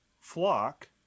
flock